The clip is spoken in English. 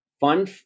Fun